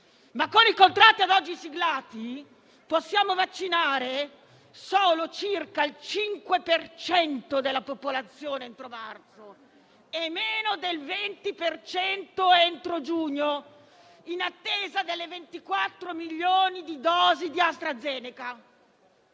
con i contratti ad oggi siglati possiamo vaccinare solo circa il 5 per cento della popolazione entro marzo e meno del 20 per cento entro giugno, in attesa delle 24 milioni di dosi del vaccino AstraZeneca.